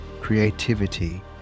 creativity